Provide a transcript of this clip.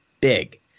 big